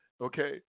Okay